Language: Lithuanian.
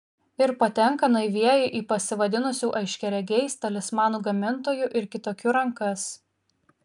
ir patenka naivieji į pasivadinusių aiškiaregiais talismanų gamintojų ir kitokių rankas